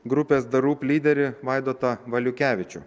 grupės the roop lyderį vaidotą valiukevičių